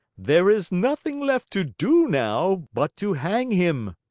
there is nothing left to do now but to hang him.